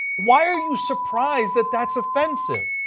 why are you surprised that that's offensive?